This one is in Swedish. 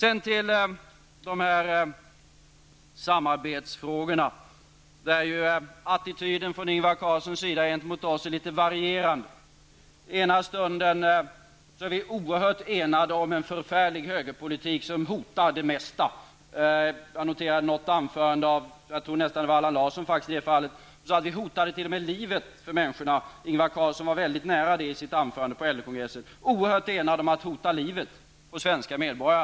När det gäller samarbetsfrågorna är attityden från Ingvar Carlssons sida gentemot oss litet varierande. I ena stunden är vi är oerhört enade om en förfärlig högerpolitik som hotar det mesta. Jag noterade ett anförande, jag tror att det var av Allan Larsson, där det sades att vi t.o.m. hotar livet för männsikorna. Ingvar Carlsson var mycket nära det på LO kongressen. Vi skulle vara oerhört enade om att hota livet på svenska medborgare.